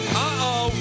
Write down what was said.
Uh-oh